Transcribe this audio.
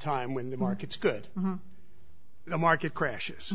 time when the market's good the market crashes